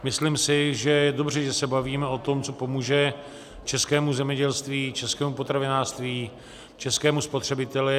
Myslím si, že je dobře, že se bavíme o tom, co pomůže českému zemědělství, českému potravinářství, českému spotřebiteli.